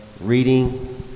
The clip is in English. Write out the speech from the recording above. reading